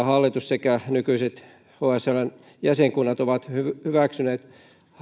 hallitus sekä nykyiset hsln jäsenkunnat ovat hyväksyneet